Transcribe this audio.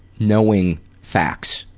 knowing facts,